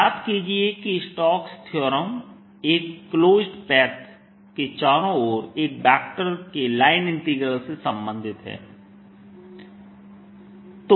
याद कीजिए कि स्टोक्स थ्योरम एक क्लोज़्ड पैथ के चारों ओर एक वेक्टर के लाइन इंटीग्रल से संबंधित है